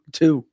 two